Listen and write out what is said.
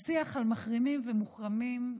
השיח על מחרימים ומוחרמים,